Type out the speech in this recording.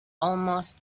almost